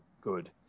good